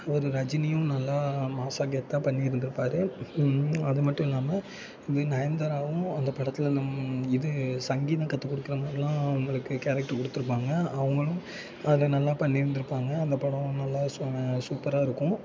அவர் ரஜினியும் நல்லா மாஸ்ஸாக கெத்தாக பண்ணியிருந்திருப்பாரு அது மட்டும் இல்லாமல் இது நயன்தாராவும் அந்த படத்தில் நம் இது சங்கீதம் கத்துக்கொடுக்குறமாரிலாம் அவங்களுக்கு கேரக்டர் கொடுத்துருப்பாங்க அவங்களும் அதில் நல்லா பண்ணியிருந்திருப்பாங்க அந்த படம் நல்லா ச சூப்பராக இருக்கும்